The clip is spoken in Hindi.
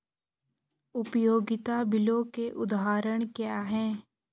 उपयोगिता बिलों के उदाहरण क्या हैं?